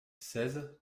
seize